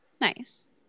Nice